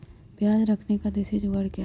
प्याज रखने का देसी जुगाड़ क्या है?